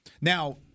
Now